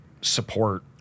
support